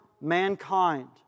mankind